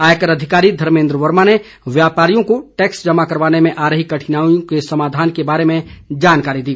आयकर अधिकारी धर्मेद्र वर्मा ने व्यापारियों को टैक्स जमा करवाने में आ रही कठिनाइयों के समाधान के बारे में जानकारी दी